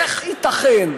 איך ייתכן?